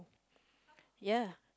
ya